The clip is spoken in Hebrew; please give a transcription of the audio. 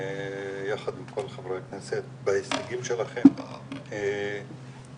יחד עם כל חברי הכנסת, בהישגים שלכם, שוב,